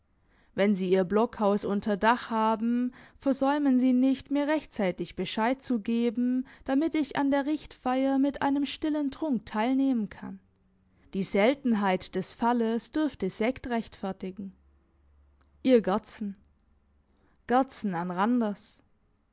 wenn sie ihr blockhaus unter dach haben versäumen sie nicht mir rechtzeitig bescheid zu geben damit ich an der richtfeier mit einem stillen trunk teilnehmen kann die seltenheit des falles dürfte sekt rechtfertigen ihr gerdsen gerdsen an randers